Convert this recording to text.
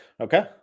Okay